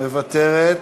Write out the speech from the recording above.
מוותרת.